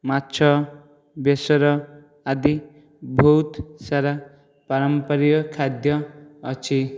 ମାଛ ବେସର ଆଦି ବହୁତ ସାରା ପାରମ୍ପାରିକ ଖାଦ୍ୟ ଅଛି